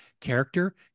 character